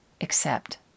accept